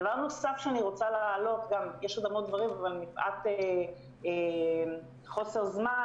דבר נוסף שאני רוצה להעלות יש עוד המון דברים אבל מפאת חוסר זמן